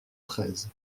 treize